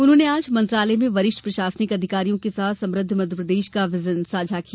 उन्होंने आज मंत्रालय में वरिष्ठ प्रशासनिक अधिकारियों के साथ समृद्ध मध्यप्रदेश का विज़न साझा किया